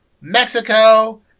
Mexico